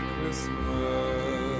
Christmas